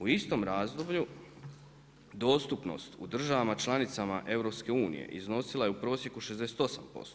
U istom razdoblju dostupnost u državama članicama EU iznosila je u prosjeku 68%